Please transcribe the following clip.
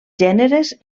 gèneres